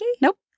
Nope